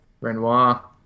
Renoir